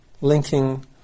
linking